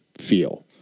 feel